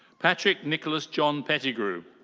patrick nicholas john pettigrew.